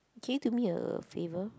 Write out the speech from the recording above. can you do me a favor